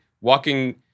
walking